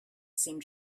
seemed